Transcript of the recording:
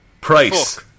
Price